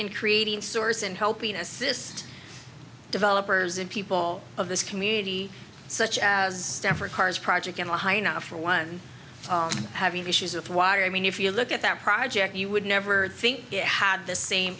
in creating source and helping to assist developers and people of this community such as staff or cars project in a high enough for one have even issues with water i mean if you look at that project you would never think it had the same